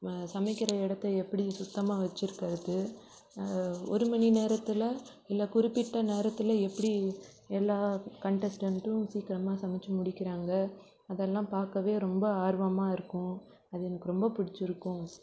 சமைக்கிற இடத்த எப்படி சுத்தமாக வச்சுருக்குறது ஒருமணி நேரத்தில் இல்லை குறிப்பிட்ட நேரத்தில் எப்படி எல்லா கண்டஸ்டண்ட்டும் சீக்கரமாக சமைச்சு முடிக்கிறாங்க அதெல்லாம் பார்க்கவே ரொம்ப ஆர்வமாக இருக்கும் அது எனக்கு ரொம்ப பிடிச்சிருக்கும்